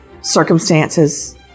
circumstances